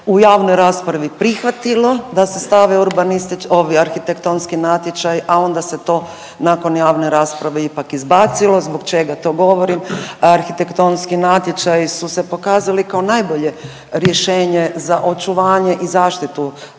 u javnoj raspravi prihvatilo da se stave arhitektonski natječaji, a onda se to nakon javne rasprave ipak izbacilo. Zbog čega to govorim? Arhitektonski natječaji su se pokazali kao najbolje rješenje za očuvanje i zaštitu